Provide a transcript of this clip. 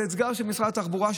זה אתגר של משרד התחבורה,